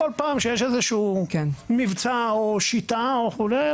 כל פעם שיש איזשהו מבצע או שיטה או כולי,